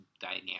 dynamic